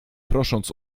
prosząc